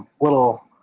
little